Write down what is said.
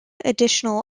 additional